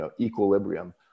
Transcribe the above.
equilibrium